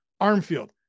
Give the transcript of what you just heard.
Armfield